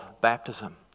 baptism